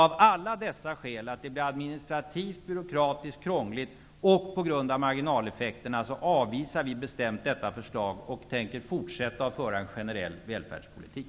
Av alla dessa skäl -- att det blir administrativt byråkratiskt krångligt och marginaleffekterna -- så avvisar vi bestämt detta förslag och tänker fortsätta att föra en generell välfärdspolitik.